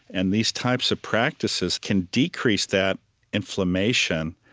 and these types of practices can decrease that inflammation.